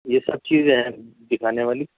یہ سب چیزیں ہیں دکھانے والی